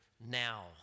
now